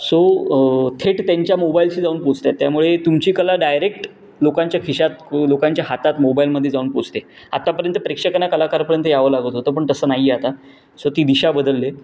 so थेट त्यांच्या मोबाईलशी जाऊन पोहोचत आहे त्यामुळे तुमची कला डायरेक्ट लोकांच्या खिशात व लोकांच्या हातात मोबाईलमध्ये जाऊन पोचते आतापर्यंत प्रेक्षकांना कलाकारापर्यंत यावं लागत होतं पण तसं नाही आहे आता सो ती दिशा बदलली आहे